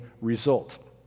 result